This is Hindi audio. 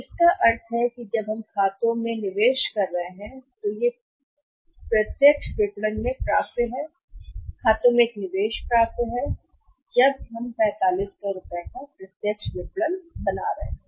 तो इसका अर्थ है कि जब हम खातों में कितना निवेश कर रहे हैं तो यह प्राप्य है प्रत्यक्ष विपणन खातों में निवेश प्राप्य है जब हम में बना रहे हैं प्रत्यक्ष विपणन जो 4500 है